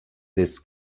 this